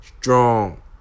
strong